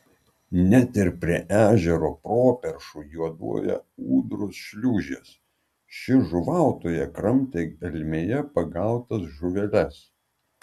net ir prie ežero properšų juoduoja ūdros šliūžės ši žuvautoja kramtė gelmėje pagautas žuveles